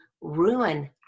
ruin